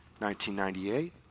1998